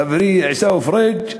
חברי עיסאווי פריג',